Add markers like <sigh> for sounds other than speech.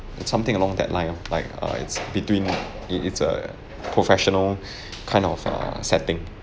something along that line of like uh it's between it it's a professional <breath> kind of err setting